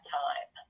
time